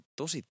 tosi